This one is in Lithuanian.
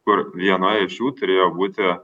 kur viena iš jų turėjo būti